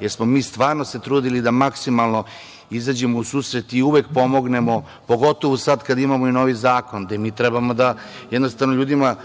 jer smo mi stvarno se trudili da maksimalno izađemo u susret i uvek pomognemo, pogotovo sada kada imamo i novi zakon, gde mi trebamo da jednostavno ljudima